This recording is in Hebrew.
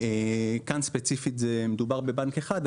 כאשר כאן ספציפית מדובר בבנק אחד.